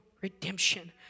redemption